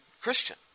Christian